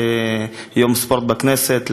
ליום ספורט בכנסת,